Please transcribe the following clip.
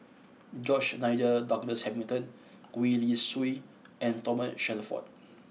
George Nigel Douglas Hamilton Gwee Li Sui and Thomas Shelford